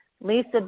Lisa